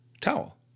towel